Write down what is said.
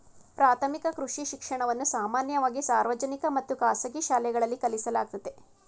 ಪ್ರಾಥಮಿಕ ಕೃಷಿ ಶಿಕ್ಷಣವನ್ನ ಸಾಮಾನ್ಯವಾಗಿ ಸಾರ್ವಜನಿಕ ಮತ್ತು ಖಾಸಗಿ ಶಾಲೆಗಳಲ್ಲಿ ಕಲಿಸಲಾಗ್ತದೆ